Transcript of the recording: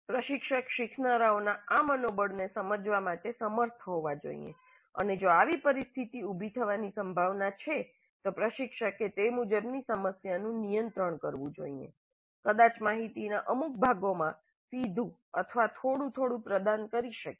પ્રશિક્ષક શીખનારાઓના આ મનોબળને સમજવા માટે સમર્થ હોવા જોઈએ અને જો આવી પરિસ્થિતિ ઉtભી થવાની સંભાવના છે તો પ્રશિક્ષકે તે મુજબની સમસ્યાનું નિયંત્રણ કરવું જોઈએ કદાચ માહિતીના અમુક ભાગોમાં સીધું અથવા થોડું થોડું પ્રદાન કરી શકે છે